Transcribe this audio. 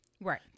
Right